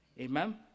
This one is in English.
Amen